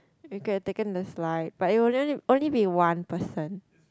we could have taken the slide but wouldn't it only be one person